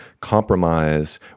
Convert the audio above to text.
compromise